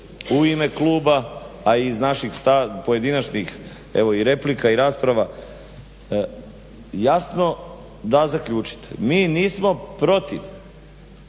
u ime kluba, a iz naših pojedinačnih i replika i rasprava jasno da zaključit, mi nismo protiv